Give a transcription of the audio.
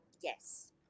yes